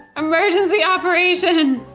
emergency operation!